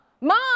mom